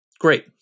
great